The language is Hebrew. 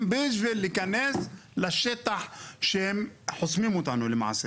בשביל להיכנס לשטח שהם חוסמים אותנו למעשה,